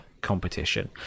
competition